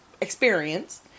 experience